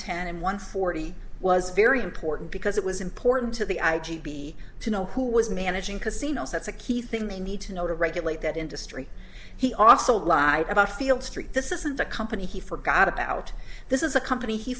ten and one forty was very important because it was important to the i g p to know who was managing casinos that's a key thing they need to know to regulate that industry he also lied about field street this isn't a company he forgot about this is a company he